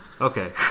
Okay